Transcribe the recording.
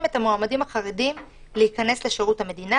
את המועמדים החרדים להיכנס לשירות המדינה.